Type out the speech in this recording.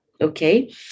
okay